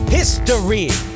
History